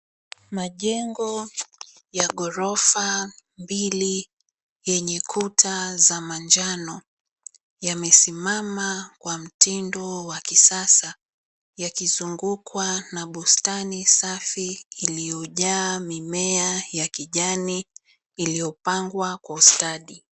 Majengo ya ghorofa mbili yenye kuta za manjano yamesimama kwa mtindo wa kisasa, yakizungukwa na bustani safi iliyojaa mimea ya kijani iliyopangwa kwa ustadi.